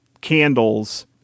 candles